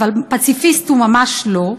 אבל פציפיסט הוא ממש לא.